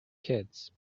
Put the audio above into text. kids